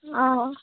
অঁ